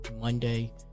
monday